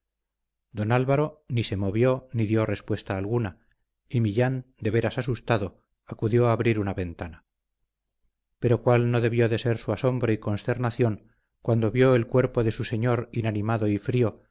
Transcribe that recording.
don álvaro ni se movió ni dio respuesta alguna y millán de veras asustado acudió a abrir una ventana pero cual no debió de ser su asombro y consternación cuando vio el cuerpo de su señor inanimado y frío